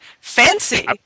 fancy